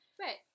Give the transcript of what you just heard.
Right